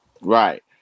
Right